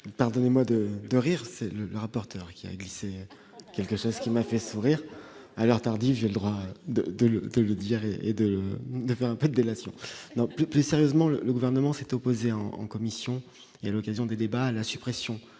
pardonnez-moi de rire, c'est le rapporteur, qui avait glissé quelques ça ce qui m'a fait sourire à l'heure tardive des droits de l'le dire et de faire un peu délation non, plus sérieusement, le gouvernement s'est opposé en commission l'occasion des débats, la suppression